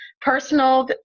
personal